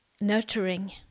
nurturing